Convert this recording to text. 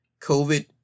covid